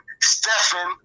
Stephan